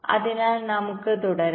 അതിനാൽ നമുക്ക് തുടരാം